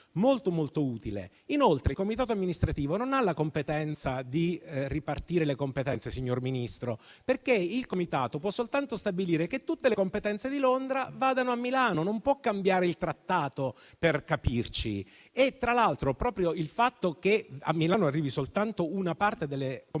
invece molto utile. Inoltre, il comitato amministrativo non ha la competenza di ripartire le competenze, signor Ministro, perché può soltanto stabilire che tutte le competenze di Londra vadano a Milano. Non può cambiare il trattato - per capirci - e tra l'altro proprio il fatto che a Milano arrivi soltanto una parte delle competenze